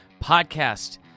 podcast